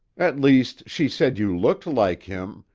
at least, she said you looked like him,